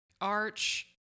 Arch